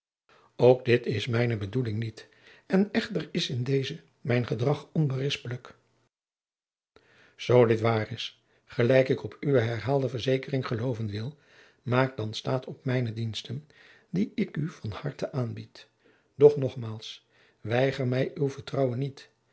ook dit is mijne bedoeling niet en echter is in dezen mijn gedrag onberispelijk zoo dit waar is gelijk ik op uwe herhaalde verzekering geloven wil maak dan staat op mijne diensten die ik u van harte aanbied doch nogmaals weiger mij uw vertrouwen niet